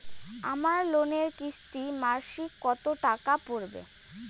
আমার লোনের কিস্তি মাসিক কত টাকা পড়বে?